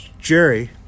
Jerry